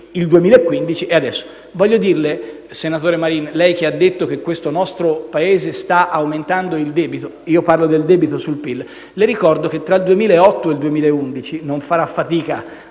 impressionante. Voglio dire al senatore Marin, che ha detto che questo nostro Paese sta aumentando il debito (parlo del debito sul PIL): le ricordo che tra il 2008 e il 2011 - non farà fatica